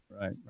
Right